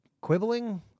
Quibbling